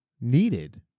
needed